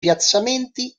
piazzamenti